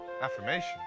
Affirmation